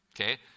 Okay